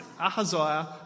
Ahaziah